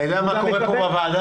אתה יודע מה קורה פה בוועדה?